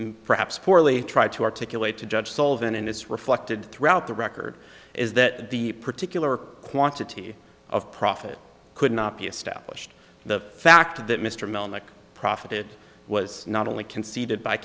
perhaps poorly tried to articulate to judge solvent and it's reflected throughout the record is that the particular quantity of profit could not be established the fact that mr melnyk profited was not only conceded by